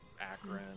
Akron